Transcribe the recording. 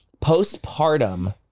postpartum